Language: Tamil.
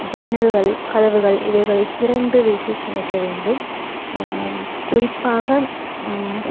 ஜன்னல்கள் கதவுகள் இதைகளை திறந்து வைத்து சமைக்க வேண்டும் குறிப்பாக